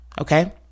okay